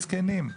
זקנים,